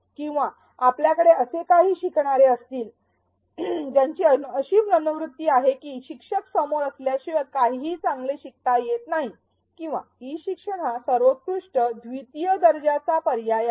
किंवा आपल्याकडे असे काही शिकणारे असतील ज्यांची अशी मनोवृत्ती आहे की शिक्षक समोर असल्याशिवाय काहीच चांगले शिकता येत नाही किंवा ई शिक्षण हा सर्वोत्कृष्ट द्वितीय दर्जाचा पर्याय आहे